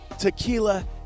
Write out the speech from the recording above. Tequila